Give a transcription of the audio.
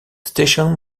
station